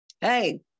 Hey